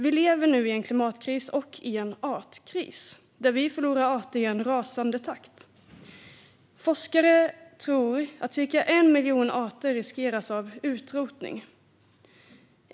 Vi lever i en klimatkris och i en artkris, där vi förlorar arter i en rasande takt. Forskare tror att ca 1 miljon arter riskerar att utrotas.